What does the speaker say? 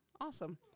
awesome